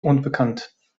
unbekannt